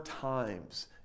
times